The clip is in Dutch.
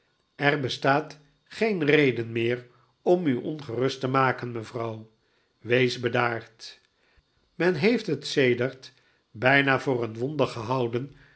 er bestaat geen reden meer om u ongerust te maken mevrouw wees bedaard men heeft het sedert bijna voor een wonder gehouden